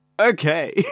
Okay